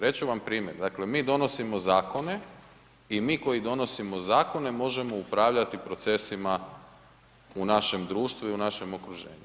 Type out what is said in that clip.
Reći ću vam primjer, dakle, mi donosimo zakone i mi koji donosimo zakone, možemo upravljati procesima u našem društvu i u našem okruženju.